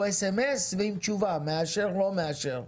הבנק ישלח לו SMS ועם תשובה, מאשר/לא מאשר.